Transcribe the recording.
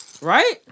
Right